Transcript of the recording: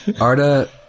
Arda